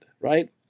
right